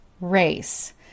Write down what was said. race